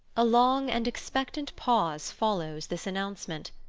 a long and expectant pause follows this announcement.